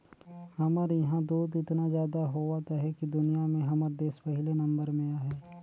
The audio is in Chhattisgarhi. हमर इहां दूद एतना जादा होवत अहे कि दुनिया में हमर देस पहिले नंबर में अहे